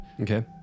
Okay